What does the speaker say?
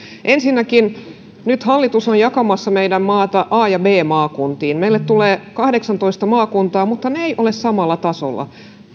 ensinnäkin nyt hallitus on jakamassa meidän maatamme a ja b maakuntiin meille tulee kahdeksantoista maakuntaa mutta ne eivät ole samalla tasolla